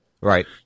right